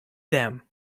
them